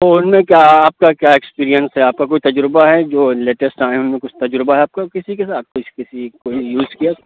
تو اُن میں کیا آپ کا کیا ایکسپرئنس ہے آپ کا کوئی تجربہ ہے جو لیٹیسٹ آئیں ہوں کچھ تجربہ ہے آپ کو کسی کے ساتھ کچھ کسی کوئی یوج کیا